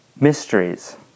mysteries